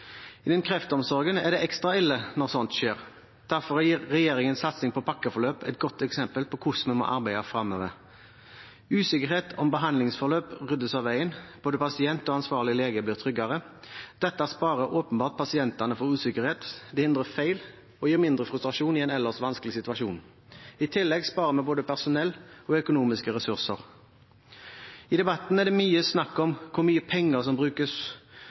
der den som sliter, møter sin terapeut. Litt for ofte hører vi om pasienter som opplever tilfeldig behandling, uklare beskjeder og dårlig informasjon. Innen kreftomsorgen er det ekstra ille når slike ting skjer. Derfor er regjeringens satsing på pakkeforløp et godt eksempel på hvordan vi må arbeide framover. Usikkerhet om behandlingsforløp ryddes av veien. Både pasient og ansvarlig lege blir tryggere. Dette sparer åpenbart pasientene for usikkerhet. Det hindrer feil og gir mindre frustrasjon i en ellers vanskelig situasjon. I tillegg sparer vi både personell og økonomiske